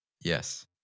Yes